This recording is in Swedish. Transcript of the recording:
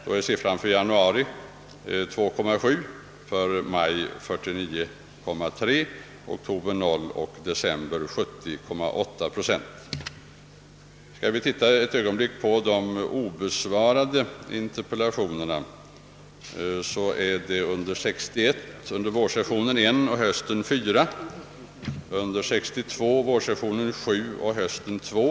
Då är siffran för januari 2,7 procent, för maj 49,3 procent, för oktober 0 procent och för december 70,8 procent. Låt oss ett ögonblick se på siffrorna för antalet obesvarade interpellationer! Dessa är för år 1961 under vårsessionen 1, under höstsessionen 4. För 1962 är motsvarande siffror för vårsessionen 7 och för höstsessionen 2.